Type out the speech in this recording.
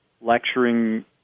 lecturing